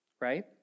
right